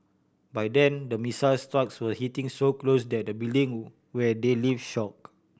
by then the missile strikes were hitting so close that the building where they live shook